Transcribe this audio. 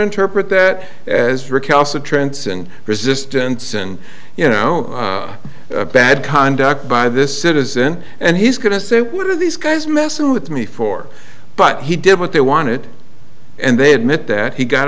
interpret that as recalcitrance and resistance and you know bad conduct by this citizen and he's going to say what are these guys messing with me for but he did what they wanted and they had met that he got